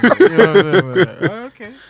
Okay